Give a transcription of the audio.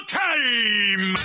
time